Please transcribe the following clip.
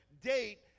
date